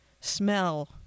smell